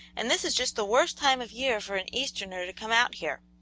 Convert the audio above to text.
and this is just the worst time of year for an easterner to come out here.